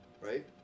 right